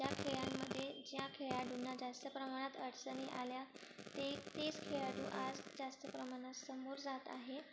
त्या खेळांमध्ये ज्या खेळाडूंना जास्त प्रमाणात अडचणी आल्या ते तेच खेळाडू आज जास्त प्रमाणात समोर जात आहे